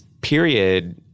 period